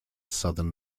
southern